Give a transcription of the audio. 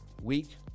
week